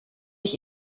ich